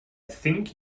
think